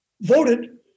voted